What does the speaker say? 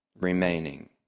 remaining